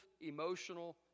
emotional